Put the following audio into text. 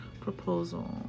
proposal